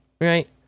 right